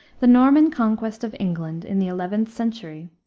the norman conquest of england, in the eleventh century,